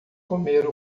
comer